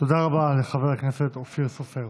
תודה רבה לחבר הכנסת אופיר סופר.